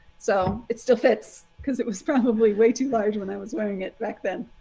so it still fits because it was probably way too large when i was wearing it back then.